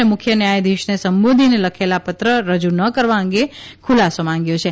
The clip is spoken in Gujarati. અને મુખ્ય ન્યાયધીશને સંબોધીને લખાયેલો પત્ર રજુ ન કરવા અંગે ખુલાસો માંગ્યો છે